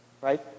right